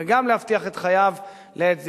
וגם להבטיח את חייו לעת זיקנה,